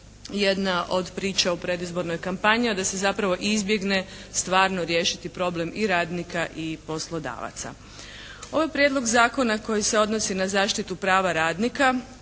jedna od priča u predizbornoj kampanji. A da se zapravo izbjegne stvarno riješiti problem i radnika i poslodavaca. Ovo je prijedlog zakona koji se odnosi na zaštitu prava radnika,